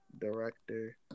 director